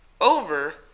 over